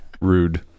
rude